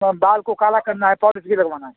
और बाल को काला करना है पाॅलिस भी लगवाना है